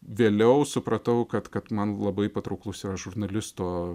vėliau supratau kad kad man labai patrauklus yra žurnalisto